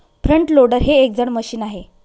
front loader हे एक जड मशीन आहे